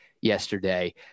yesterday